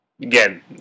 Again